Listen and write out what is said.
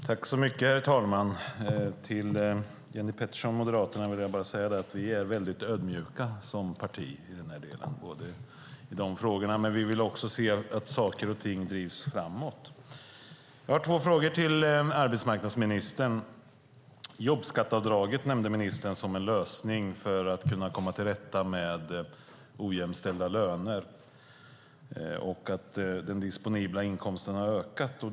Herr talman! Till Jenny Petersson från Moderaterna vill jag säga att vi som parti är ödmjuka i dessa frågor. Men vi vill också se att saker och ting drivs framåt. Ministern nämnde jobbskatteavdraget som en lösning på problemet med ojämställda löner och säger att den disponibla inkomsten har ökat.